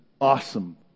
awesome